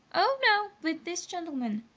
oh, no with this gentleman!